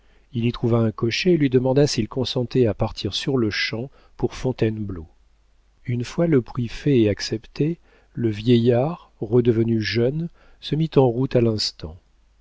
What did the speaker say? il y trouva un cocher et lui demanda s'il consentait à partir sur-le-champ pour fontainebleau une fois le prix fait et accepté le vieillard redevenu jeune se mit en route à l'instant